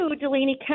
Delaney